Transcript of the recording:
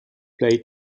play